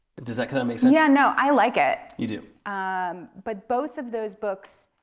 does that kind of make sense? yeah, no, i like it. you do? um but both of those books,